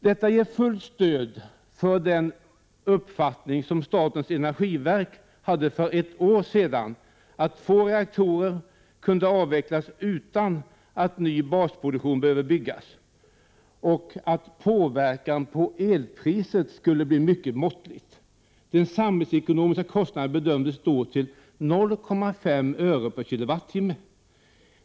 Detta ger fullt stöd för den uppfattning som statens energiverk hade för ett år sedan, nämligen att två reaktorer kunde avvecklas utan att ny basproduktion behövde byggas och att påverkan på elpriset skulle bli mycket måttlig. Den samhällsekonomiska kostnaden bedömdes då till ca 0,5 öre/k Wh.